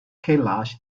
kailash